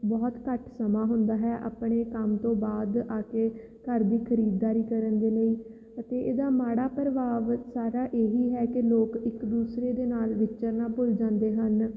ਬਹੁਤ ਘੱਟ ਸਮਾਂ ਹੁੰਦਾ ਹੈ ਆਪਣੇ ਕੰਮ ਤੋਂ ਬਾਅਦ ਆ ਕੇ ਘਰ ਦੀ ਖਰੀਦਦਾਰੀ ਕਰਨ ਦੇ ਲਈ ਅਤੇ ਇਹਦਾ ਮਾੜਾ ਪ੍ਰਭਾਵ ਸਾਰਾ ਇਹੀ ਹੈ ਕਿ ਲੋਕ ਇੱਕ ਦੂਸਰੇ ਦੇ ਨਾਲ ਵਿਚਰਨਾ ਭੁੱਲ ਜਾਂਦੇ ਹਨ